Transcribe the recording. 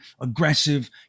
aggressive